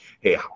hey